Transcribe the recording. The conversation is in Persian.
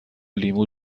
لیمو